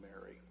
Mary